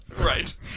Right